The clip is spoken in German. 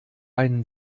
einen